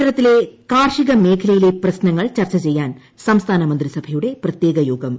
കേരളത്തിലെ കാർഷികമേഖലയിലെ പ്രശ്നങ്ങൾ ചർച്ച ന് ചെയ്യാൻ സംസ്ഥാന് മന്ത്രിസഭയുടെ പ്രത്യേക യോഗം ഇന്ന്